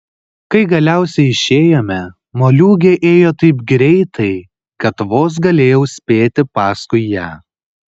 kai galiausiai išėjome moliūgė ėjo taip greitai kad vos galėjau spėti paskui ją